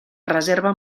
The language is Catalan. reserven